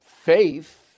faith